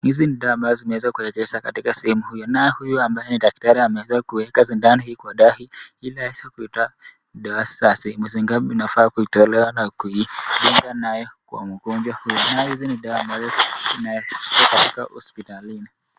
Hizi ni dawa ambazo zimeweza kuwekezwa kwa sehemu hii naye huyu ambaye ni daktari ameweza kuweka sindano hii kwa ndani ili aweze kuitoa dawa sasi. Mwezi ngapi inafaa kutolewa na kuidunga nayo kwa mgonjwa huyu. Dawa hizi ni dawa ambazo zinapatikana katika hospitalini.